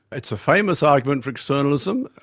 it's a famous argument for externalism,